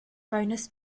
bonus